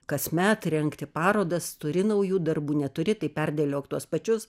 kasmet rengti parodas turi naujų darbų neturi tai perdėliok tuos pačius